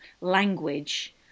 language